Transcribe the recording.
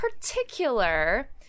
particular